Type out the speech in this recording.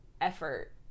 effort